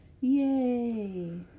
Yay